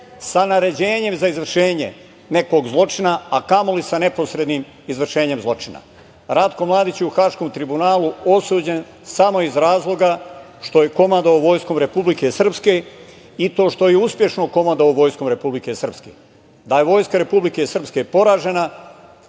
sa naređenjem za izvršenje nekog zločina, a kamoli sa neposrednim izvršenjem zločina. Ratko Mladić je u Haškom tribunalu osuđen samo iz razloga što je komandovao Vojskom Republike Srpske i to što je uspešno komandovao Vojskom Republike Srpske. Da je Vojska Republike Srpske poražena,